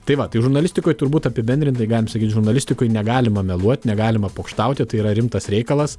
tai va tai žurnalistikoj turbūt apibendrintai galim sakyt žurnalistikoj negalima meluot negalima pokštauti tai yra rimtas reikalas